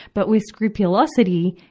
but with scrupulosity,